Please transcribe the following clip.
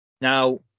Now